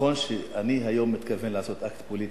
נכון שאני היום מתכוון לעשות אקט פוליטי,